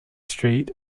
street